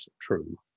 true